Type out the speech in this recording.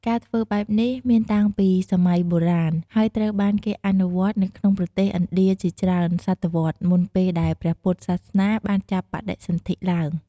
ការធ្វើបែបនេះមានតាំងពីសម័យបុរាណ ហើយត្រូវបានគេអនុវត្តនៅក្នុងប្រទេសឥណ្ឌាជាច្រើនសតវត្សរ៍មុនពេលដែលព្រះពុទ្ធសាសនាបានចាប់បដិសន្ធិឡើង។